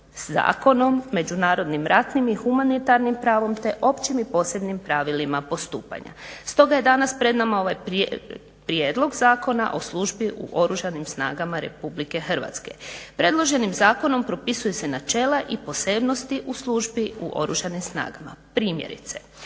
zakonom, međunarodnim ratnim i humanitarnim pravom te općim i posebnim pravilima postupanja. Stoga je danas pred nama ovaj prijedlog Zakona o službi u Oružanim snagama RH. Predloženim zakonom propisuje se načela i posebnosti u službi u Oružanim snagama. Primjerice,